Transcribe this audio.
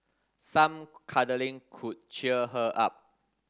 some cuddling could cheer her up